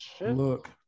look